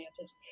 answers